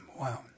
wow